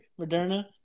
Moderna